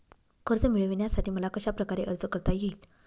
कर्ज मिळविण्यासाठी मला कशाप्रकारे अर्ज करता येईल?